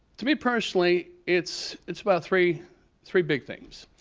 to me personally, it's it's about three three big things.